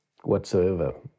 Whatsoever